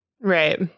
Right